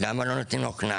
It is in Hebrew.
הוא יכול